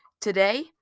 today